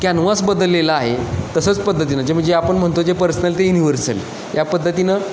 canvas बदललेलं आहे तसंच पद्धतीनं जे म्हणजे आपण म्हणतो जे पर्सनल ते युनिवर्सल या पद्धतीनं